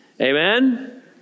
Amen